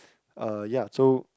uh ya so